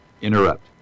interrupt